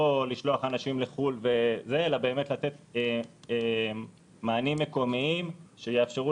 לא לשלוח אנשים לחו"ל אלא באמת לתת מענים מקומיים שיאפשרו